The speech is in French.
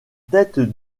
tête